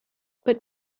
but